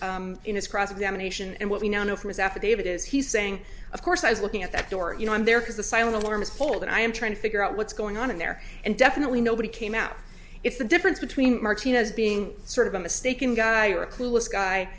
used in his cross examination and what we now know from his affidavit is he's saying of course i was looking at that door you know i'm there because the silent alarm is told and i am trying to figure out what's going on in there and definitely nobody came out it's the difference between martinez being sort of a mistaken guy or a clueless guy